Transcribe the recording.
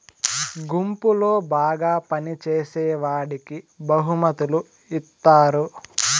గుంపులో బాగా పని చేసేవాడికి బహుమతులు ఇత్తారు